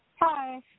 Hi